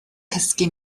cysgu